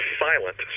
silent